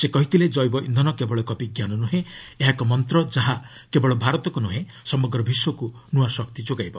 ସେ କହିଥିଲେ ଜେବ ଇନ୍ଧନ କେବଳ ଏକ ବିଜ୍ଞାନ ନୁହେଁ ଏହା ଏକ ମନ୍ତ୍ର ଯାହା କେବଳ ଭାରତକୁ ନୁହେଁ ସମଗ୍ର ବିଶ୍ୱକୁ ନୂଆ ଶକ୍ତି ଯୋଗାଇବ